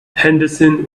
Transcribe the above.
henderson